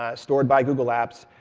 ah stored by google apps.